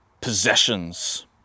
possessions